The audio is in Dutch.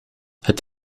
het